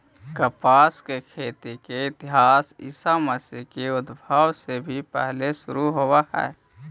कपास के खेती के इतिहास ईसा मसीह के उद्भव से भी पहिले शुरू होवऽ हई